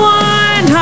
one